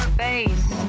face